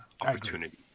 opportunity